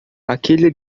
aquele